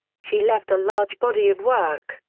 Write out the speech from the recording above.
she left a large body of work,